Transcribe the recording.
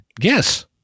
Yes